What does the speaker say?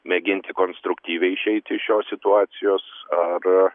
mėginti konstruktyviai išeiti iš šios situacijos ar